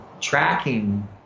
tracking